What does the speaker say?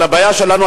אבל הבעיה שלנו,